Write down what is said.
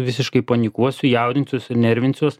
visiškai panikuosiu jaudinsiuosi nervinsiuos